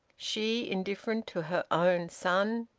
she, indifferent to her own son!